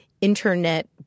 Internet